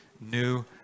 new